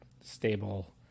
stable